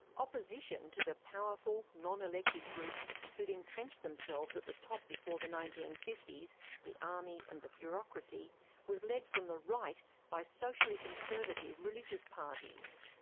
opposition to the powerful, non-elected groups who had entrenched themselves at the top before the nineteen fifty s the army and the bureaucracy was led from the right by socially conservative, religious parties.